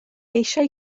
eisiau